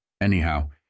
Anyhow